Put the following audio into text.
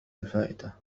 الفائتة